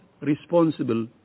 responsible